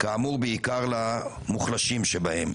בעיקר למוחלשים שבהם כאמור.